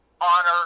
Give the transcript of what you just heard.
honor